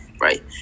right